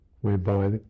whereby